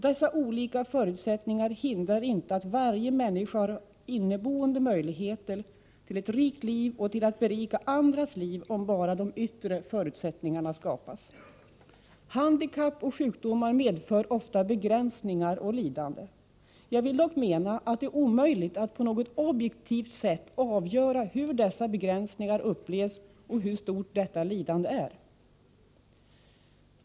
Dessa olika förutsättningar hindrar inte att varje människa har inneboende möjligheter till ett rikt liv och till att berika andras liv, om bara de yttre förutsättningarna skapas. Handikapp och sjukdomar medför ofta begränsningar och lidande. Jag menar dock att det är omöjligt att på något objektivt sätt avgöra hur dessa begränsningar upplevs och hur stort detta lidande är.